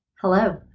Hello